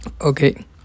Okay